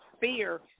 fear